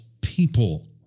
people